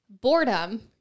boredom